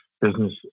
business